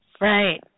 Right